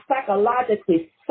psychologically